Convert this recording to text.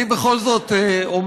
בכל זאת,